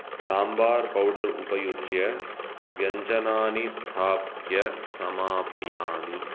sambar powder उपयुज्य व्यञ्जनानि स्थाप्य समापयामि